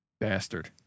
bastard